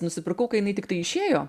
nusipirkau kai jinai tiktai išėjo